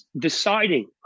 deciding